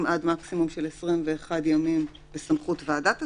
עד מקסימום של 21 ימים בסמכות ועדת השרים,